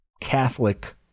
Catholic